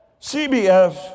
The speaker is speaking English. CBS